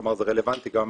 כלומר זה רלוונטי גם